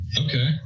Okay